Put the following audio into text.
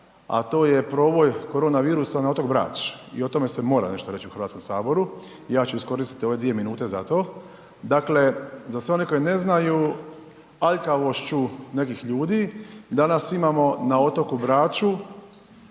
a to je proboj korona virusa na otok Brač i o tome se mora nešto reć u HS-u i ja ću iskoristiti ove dvije minute za to. Dakle, za sve one koji ne znaju aljkavošću nekih ljudi danas imamo na otoku Braču